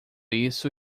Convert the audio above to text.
isso